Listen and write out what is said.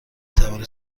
توانید